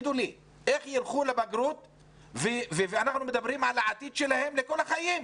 אנחנו מדברים על העתיד שלהם לכל החיים.